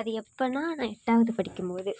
அது எப்பன்னால் நான் எட்டாவது படிக்கும்போது